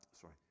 sorry